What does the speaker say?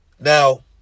Now